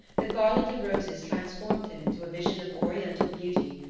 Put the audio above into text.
the garland of roses transformed him into a vision of oriental beauty.